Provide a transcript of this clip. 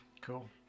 cool